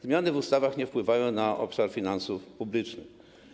Zmiany w ustawach nie wpływają na obszar finansów publicznych.